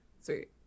sweet